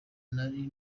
nari